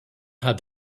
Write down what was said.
had